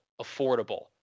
affordable